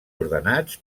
ordenats